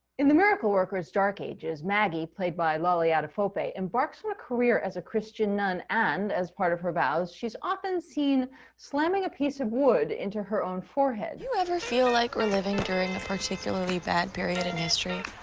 in the miracle workers dark ages, maggie, played by lolly adefope, embarks from a career as a christian nun and as part of her vows, she's often seen slamming a piece of wood into her own forehead. do you ever feel like we're living during particularly bad period in history?